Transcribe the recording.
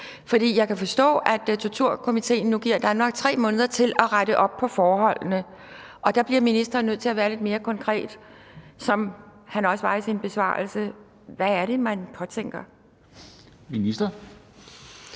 Jeg kan forstå, at torturkomiteen nu giver Danmark 3 måneder til at rette op på forholdene. Der bliver ministeren nødt til at være lidt mere konkret, som han også var i sin besvarelse: Hvad er det, man påtænker at gøre?